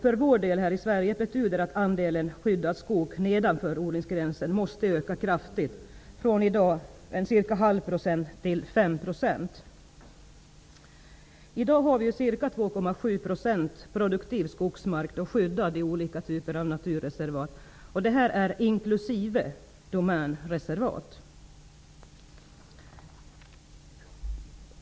För vår del här i Sverige betyder det att andelen skyddad skog nedanför odlingsgränsen måste öka kraftigt, från i dag ca 0,5 % till 5 %. I dag har vi ca 2,7 % produktiv skogsmark skyddad i olika typer av naturreservat, och det är inklusive domänreservat.